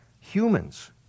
Humans